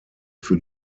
für